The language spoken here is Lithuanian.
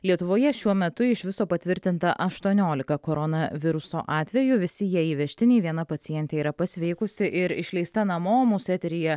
lietuvoje šiuo metu iš viso patvirtinta aštuoniolika koronaviruso atvejų visi jie įvežtiniai viena pacientė yra pasveikusi ir išleista namo mūsų eteryje